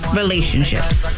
relationships